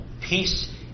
peace